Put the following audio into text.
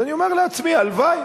אז אני אומר לעצמי: הלוואי.